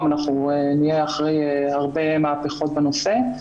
אנחנו נהיה אחרי הרבה מהפכות בנושא,